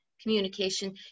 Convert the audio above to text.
communication